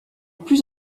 plus